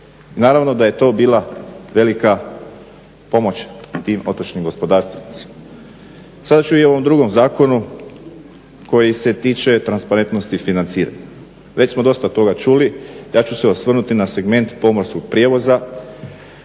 Naravno da je to bila velika pomoć tim otočnim gospodarstvenicima. Sada ću i o ovom drugom zakonu koji se tiče transparentnosti financiranja. Već smo dosta toga čuli, ja ću se osvrnuti na segment pomorskog prijevoza